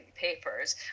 papers